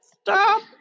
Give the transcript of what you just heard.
stop